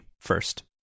first